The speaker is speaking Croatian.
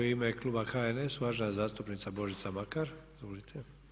U ime kluba HNS-a uvažena zastupnica Božica Makar, izvolite.